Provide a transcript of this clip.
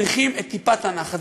צריכים את טיפת הנחת.